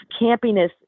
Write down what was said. campiness